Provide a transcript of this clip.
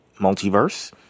Multiverse